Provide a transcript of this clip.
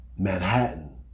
Manhattan